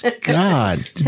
God